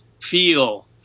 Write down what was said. feel